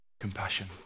Compassion